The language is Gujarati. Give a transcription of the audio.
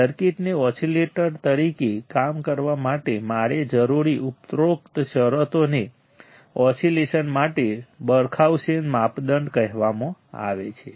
સર્કિટને ઓસિલેટર તરીકે કામ કરવા માટે જરૂરી ઉપરોક્ત શરતોને ઓસિલેશન માટે બરખાઉસેન માપદંડ કહેવામાં આવે છે